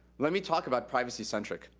let me talk about privacy centric.